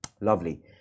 lovely